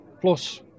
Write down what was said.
Plus